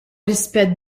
rispett